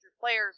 players